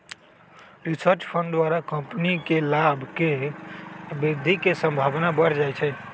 research fund द्वारा company के लाभ में वृद्धि के संभावना बढ़ जाइ छइ